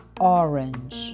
orange